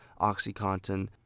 Oxycontin